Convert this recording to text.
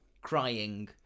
crying